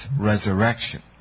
resurrection